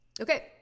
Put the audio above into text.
okay